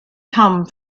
come